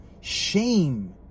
shame